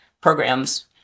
programs